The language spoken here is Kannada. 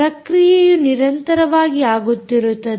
ಪ್ರಕ್ರಿಯೆಯು ನಿರಂತರವಾಗಿ ಆಗುತ್ತಿರುತ್ತದೆ